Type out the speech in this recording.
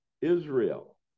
Israel